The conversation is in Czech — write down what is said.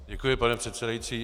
Děkuji, pane předsedající.